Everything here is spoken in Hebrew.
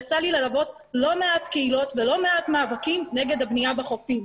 יצא לי ללוות לא מעט קהילות ולא מעט מאבקים נגד הבנייה בחופים.